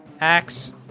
axe